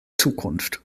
zukunft